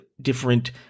different